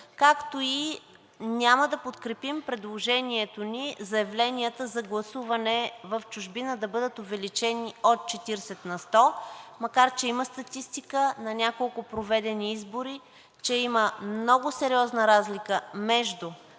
както и няма да подкрепим предложението ни заявленията за гласуване в чужбина да бъдат увеличени от 40 на 100, макар че има статистика на няколко проведени избори, че има много сериозна разлика между